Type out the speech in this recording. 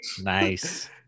Nice